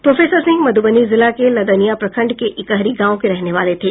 professor Singh Madhubani जिला के लदनिया प्रखंड के इकहरी गांव के रहने वाले थे